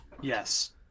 Yes